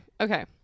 Okay